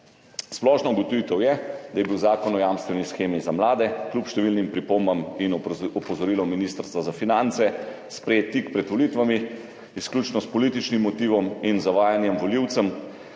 Splošna ugotovitev je, da je bil Zakon o stanovanjski jamstveni shemi za mlade kljub številnim pripombam in opozorilom Ministrstva za finance sprejet tik pred volitvami, izključno s političnim motivom in zavajanjem volivcev,